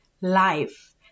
life